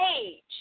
age